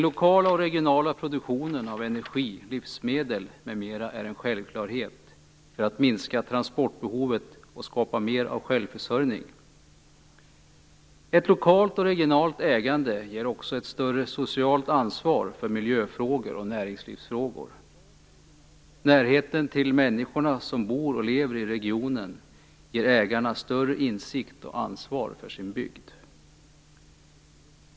Lokal och regional produktion av energi, livsmedel m.m. är en självklarhet för att minska transportbehovet och skapa mer av självförsörjning. Ett lokalt och regionalt ägande ger också ett större socialt ansvar för miljö och näringslivsfrågor. Närheten till människorna som bor och lever i regionen ger ägarna större insikt och ansvar för sin bygd.